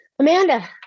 Amanda